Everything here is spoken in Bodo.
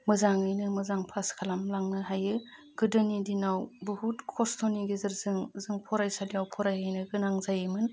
मोजाङैनो मोजां फास खालामलांनो हायो गोदोनि दिनाव बहुद खस्थ'नि गेजेरजों जों फरायसालियाव फरायहैनो गोनां जायोमोन